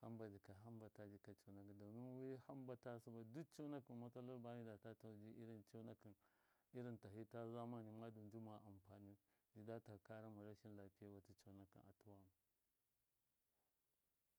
hamba zai jika hambata jika conakɨn domin wi hambata duk conakɨn matsaloli ba midata ta ji irin conakɨn tahɨ ta zamani njima amfniyua nji jata karama rashin lapiyewatɨ conakɨn atuwa.